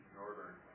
northern